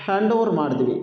hand over ಮಾಡಿದ್ವಿ